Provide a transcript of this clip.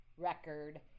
record